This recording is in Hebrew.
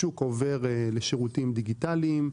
השוק עובר לשירותים דיגיטליים,